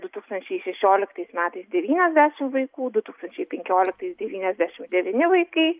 du tūkstančiai šešioliktais metais devyniasdešim vaikų du tūkstančiai penkioliktais devyniasdešim devyni vaikai